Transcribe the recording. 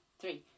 three